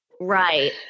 Right